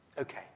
Okay